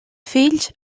fills